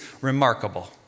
remarkable